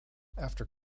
after